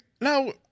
Now